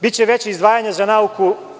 Biće veća izdvajanja za nauku.